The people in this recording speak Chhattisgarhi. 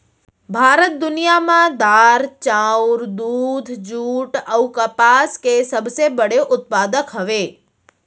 भारत दुनिया मा दार, चाउर, दूध, जुट अऊ कपास के सबसे बड़े उत्पादक हवे